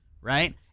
right